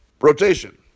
rotation